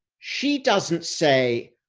she doesn't say,